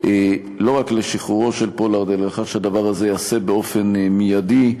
לא רק לשחרורו של פולארד אלא לכך שהדבר הזה ייעשה באופן מיידי.